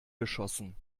geschossen